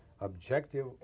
objective